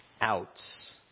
outs